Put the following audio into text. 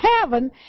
heaven